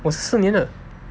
我四年的